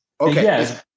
Okay